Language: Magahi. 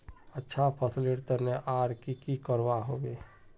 अच्छा फसलेर तने आर की की करवा होबे?